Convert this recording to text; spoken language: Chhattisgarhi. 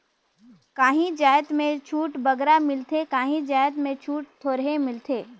काहीं जाएत में छूट बगरा मिलथे काहीं जाएत में छूट थोरहें मिलथे